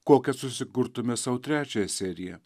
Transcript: kokią susikurtume sau trečią seriją